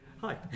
hi